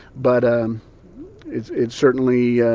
but ah it's it's certainly